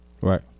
Right